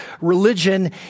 religion